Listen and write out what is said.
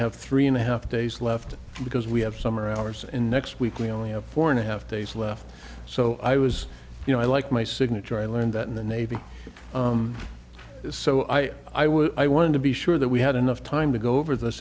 have three and a half days left because we have summer hours and next week we only have four and a half days left so i was you know i like my signature i learned that in the navy is so i i was i wanted to be sure that we had enough time to go over this